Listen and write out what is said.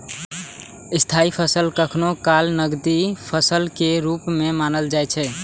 स्थायी फसल कखनो काल नकदी फसल के रूप मे जानल जाइ छै